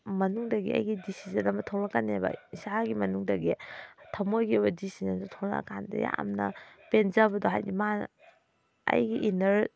ꯃꯅꯨꯡꯗꯒꯤ ꯑꯩꯒꯤ ꯗꯤꯁꯤꯖꯟ ꯑꯃ ꯊꯣꯛꯂꯛꯀꯅꯦꯕ ꯏꯁꯥꯒꯤ ꯃꯅꯨꯡꯗꯒꯤ ꯊꯝꯃꯣꯏꯒꯤ ꯑꯣꯏꯕ ꯗꯤꯁꯤꯖꯟꯁꯤ ꯊꯣꯛꯂꯛꯂ ꯀꯥꯟꯗ ꯌꯥꯝꯅ ꯄꯦꯟꯖꯕꯗꯣ ꯍꯥꯏꯗꯤ ꯃꯥꯅ ꯑꯩꯒꯤ ꯏꯟꯅꯔ